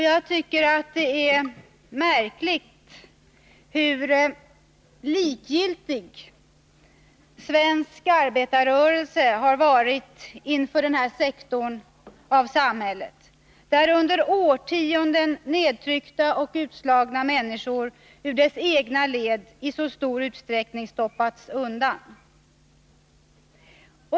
Jag tycker att det är märkligt hur likgiltig svensk arbetarrörelse har varit när det gäller denna samhällssektor, där under årtionden nedtryckta och utslagna människor ur arbetarrörelsens egna led i så stor utsträckning stoppats undan.